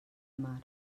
mar